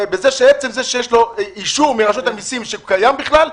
שעצם זה שיש לו אישור מרשות המיסים שהוא קיים בכלל,